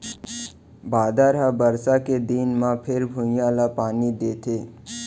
बादर ह बरसा के दिन म फेर भुइंया ल पानी देथे